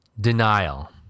denial